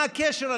מה הקשר?